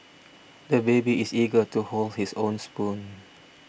the baby is eager to hold his own spoon